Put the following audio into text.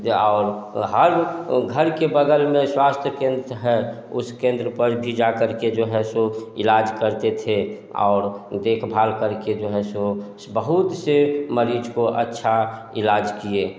जाओ तो हर घर के बगल में स्वास्थ्य केंद्र है उस केंद्र पर भी जाकर के जो है सो इलाज़ करते थे और देखभाल करके जो है सो बहुत से मरीज को अच्छा इलाज़ किए